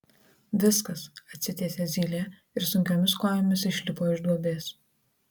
viskas atsitiesė zylė ir sunkiomis kojomis išlipo iš duobės